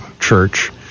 church